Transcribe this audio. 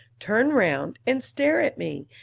turn round and stare at me,